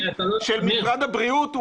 של משרד הבריאות,